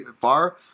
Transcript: far